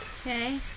Okay